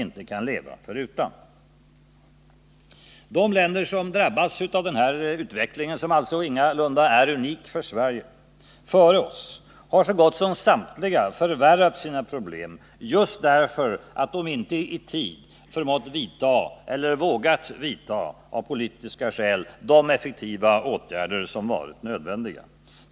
De länder som före oss har drabbats av denna utveckling, som alltså ingalunda är unik för Sverige, har så gott som samtliga förvärrat sina problem, just därför att de inte i tid förmått — eller av politiska skäl inte vågat —- vidta de effektiva åtgärder som varit nödvändiga.